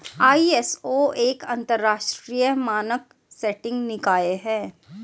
ISO एक अंतरराष्ट्रीय मानक सेटिंग निकाय है